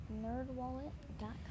NerdWallet.com